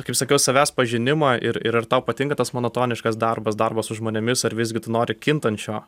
kiaip sakiau savęs pažinimą ir ir ar tau patinka tas monotoniškas darbas darbas su žmonėmis ar visgi tu nori kintančio